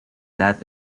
that